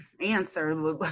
answer